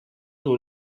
dans